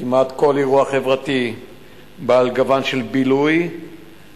כמעט כל אירוע חברתי בעל גוון של בילוי מתחיל